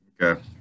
Okay